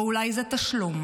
או אולי זה תשלום